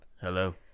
Hello